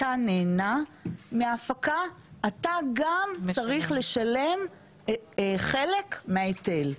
אתה נהנה מההפקה אתה גם צריך לשלם חלק מההיטל.